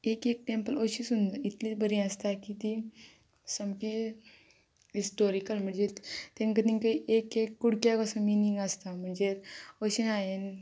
एक एक टँपल अशी सुं इतलीं बरीं आसता की तीं सामकी हिस्टोरिकल म्हणजे तेंकां तेंकां एक एक कुडक्याक असो मिनींग आसता म्हणजे अशें हांयेन